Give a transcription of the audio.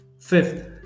Fifth